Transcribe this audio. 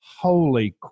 holy